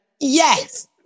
yes